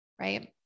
right